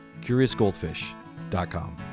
curiousgoldfish.com